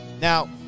Now